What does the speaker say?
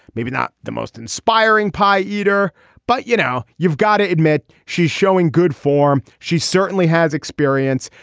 maybe not the most inspiring pie eater but you know you've gotta admit she's showing good form she certainly has experience.